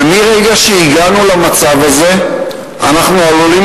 ומרגע שהגענו למצב הזה אנחנו עלולים